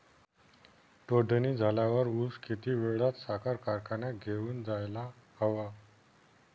तोडणी झाल्यावर ऊस किती वेळात साखर कारखान्यात घेऊन जायला हवा?